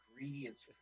ingredients